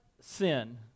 sin